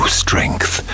strength